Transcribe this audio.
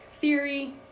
theory